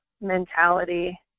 mentality